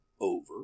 over